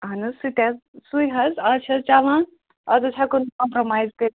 اہن حظ سُہ تہِ حظ سُے حظ آز چھِ حظ چَلان آز حظ ہٮ۪کو نہٕ کامپرٛومایِز کٔرِتھ